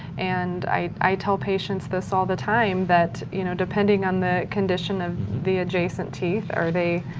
and i tell patients this all the time that, you know, depending on the condition of the adjacent teeth, are they